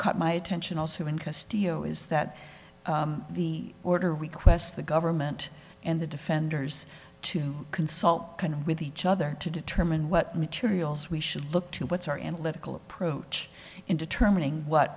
caught my attention also in christie you know is that the order requests the government and the defenders to consult with each other to determine what materials we should look to what's our analytical approach in determining what